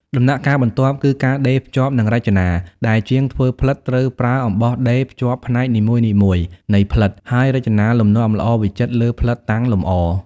ដំណាក់កាលបន្ទាប់គឺ ការដេរភ្ជាប់និងរចនា ដែលជាងធ្វើផ្លិតត្រូវប្រើអំបោះដេរភ្ជាប់ផ្នែកនីមួយៗនៃផ្លិត ហើយរចនាលំនាំល្អវិចិត្រលើផ្លិតតាំងលម្អ។